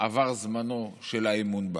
עבר זמנו של האמון בה.